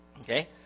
Okay